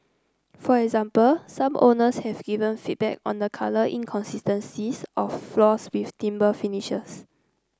for example some owners have given feedback on the colour inconsistencies of floors with timber finishes